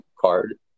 card